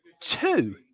two